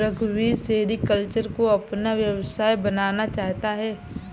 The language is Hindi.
रघुवीर सेरीकल्चर को अपना व्यवसाय बनाना चाहता है